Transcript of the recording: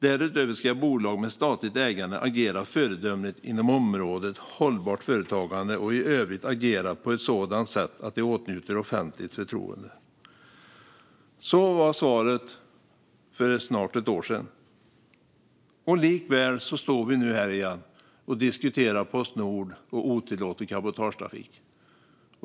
Därutöver ska bolag med statligt ägande agera föredömligt inom området hållbart företagande och i övrigt agera på ett sådant sätt att de åtnjuter offentligt förtroende." Så var svaret för snart ett år sedan. Likväl står vi nu här igen och diskuterar Postnord och otillåten cabotagetrafik.